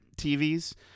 TVs